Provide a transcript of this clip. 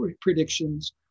predictions